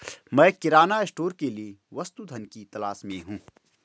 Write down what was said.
मैं किराना स्टोर के लिए वस्तु धन की तलाश में हूं